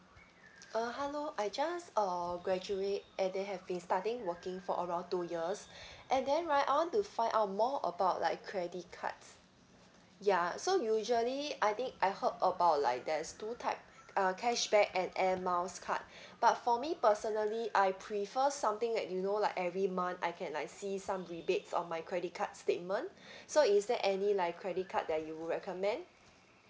uh hello I just uh graduate and then have been starting working for around two years and then right I want to find out more about like credit cards ya so usually I think I heard about like that's two type uh cashback and air miles card but for me personally I prefer something that you know like every month I can like see some rebates on my credit card statement so is there any like credit card that you would recommend